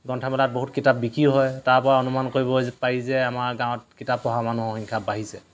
গ্ৰন্থমেলাত বহুত কিতাপ বিক্ৰী হয় তাৰপৰা অনুমান কৰিব পাৰি যে আমাৰ গাঁৱত কিতাপ পঢ়া মানুহৰ সংখ্যা বাঢ়িছে